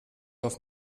auf